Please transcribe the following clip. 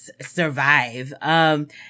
survive